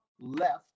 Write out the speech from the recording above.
left